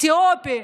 אתיופי.